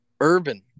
urban